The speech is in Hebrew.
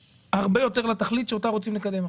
הרבה יותר לתכלית שאותה רוצים לקדם עכשיו,